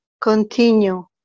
continue